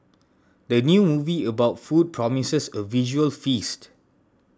the new movie about food promises a visual feast